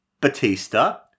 batista